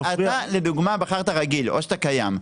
לדוגמה בחרת רגיל או שאתה קיים,